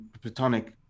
platonic